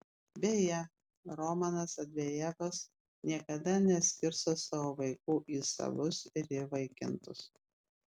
beje romanas avdejevas niekada neskirsto savo vaikų į savus ir įvaikintus